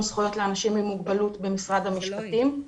זכויות לאנשים עם מוגבלות במשרד המשפטים.